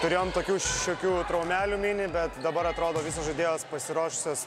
turėjom tokių šokių traumelių mini bet dabar atrodo visos žaidėjos pasiruošusios